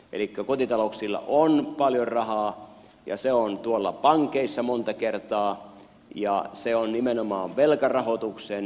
elikkä kotitalouksilla on paljon rahaa ja se on tuolla pankeissa monta kertaa ja se on nimenomaan velkarahoituksen rahoituslähteenä